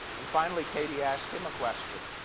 and finally, katie asked him a question.